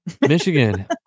Michigan